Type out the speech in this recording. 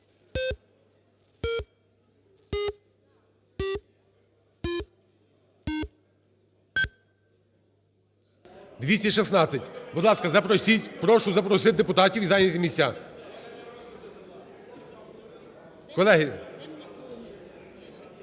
За-216 Будь ласка, запросіть, прошу запросити депутатів і зайняти місця. Колеги!